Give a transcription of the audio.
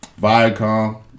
Viacom